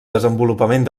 desenvolupament